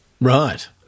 Right